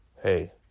hey